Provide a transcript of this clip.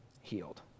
healed